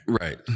right